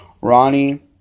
Ronnie